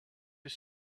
his